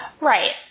right